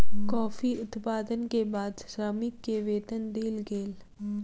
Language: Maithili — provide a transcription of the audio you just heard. कॉफ़ी उत्पादन के बाद श्रमिक के वेतन देल गेल